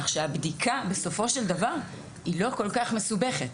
כך שהבדיקה בסופו של דבר היא לא כל כך מסובכת,